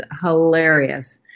hilarious